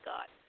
God